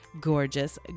gorgeous